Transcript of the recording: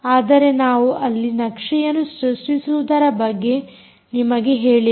ಆದರೆ ನಾವು ಇಲ್ಲಿ ನಕ್ಷೆಯನ್ನು ಸೃಷ್ಟಿಸುವುದರ ಬಗ್ಗೆ ನಿಮಗೆ ಹೇಳಿಲ್ಲ